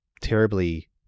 terribly